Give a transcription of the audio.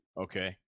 Okay